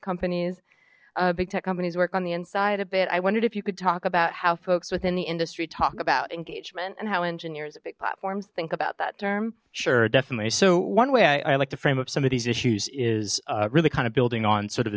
companies big tech companies work on the inside a bit i wondered if you could talk about how folks within the industry talk about engagement and how engineers a big platforms think about that term sure definitely so one way i like to frame up some of these issues is really kind of building on sort of